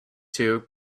two